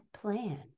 plan